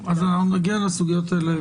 אנחנו נגיע לסוגיות האלה,